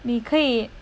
你可以